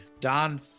Don